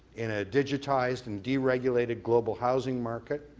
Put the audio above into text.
in a digit advertised and deregulated global housing market,